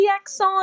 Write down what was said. accent